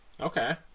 Okay